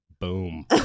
Boom